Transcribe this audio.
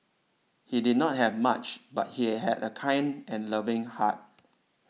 he did not have much but he had a kind and loving heart